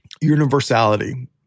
universality